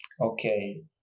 okay